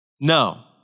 No